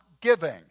giving